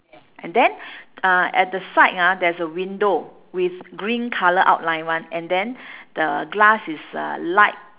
and then uh at the side ah there's a window with green colour outline [one] and then the glass is uh light